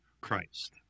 Christ